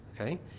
okay